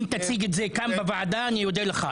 אם תציג את זה כאן בוועדה אני אודה לך.